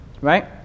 Right